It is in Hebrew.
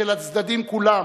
של הצדדים כולם,